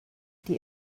die